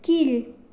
கீழ்